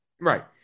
Right